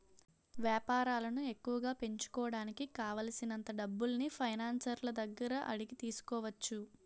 వేపారాలను ఎక్కువగా పెంచుకోడానికి కావాలిసినంత డబ్బుల్ని ఫైనాన్సర్ల దగ్గర అడిగి తీసుకోవచ్చు